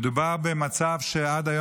אני מבקש.